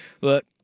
Look